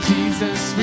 Jesus